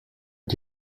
l’a